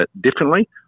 differently